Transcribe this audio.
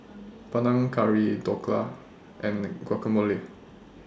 Panang Curry Dhokla and Guacamole